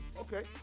Okay